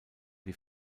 die